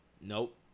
Nope